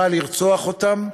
שבא לרצוח אותם,